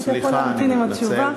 אם אתה יכול להמתין עם התשובה.